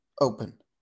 open